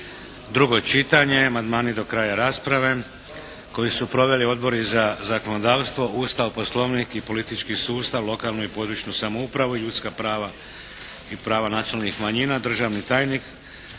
Drugo čitanje. Amandmani do kraja rasprave koje su proveli Odbori za zakonodavstvo, Ustav, Poslovnik i politički sustav, lokalnu i područnu samoupravu i ljudska prava i prava nacionalnih manjina. Državni tajnik